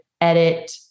edit